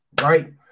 right